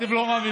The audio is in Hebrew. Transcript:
אתם לא מאמינים.